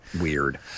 weird